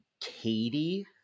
Katie